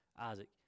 Isaac